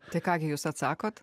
tai ką gi jūs atsakot